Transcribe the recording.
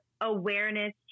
awareness